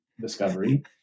discovery